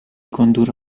condurre